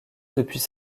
depuis